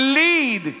lead